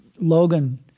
Logan